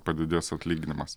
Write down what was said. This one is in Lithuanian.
padidės atlyginimas